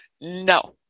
No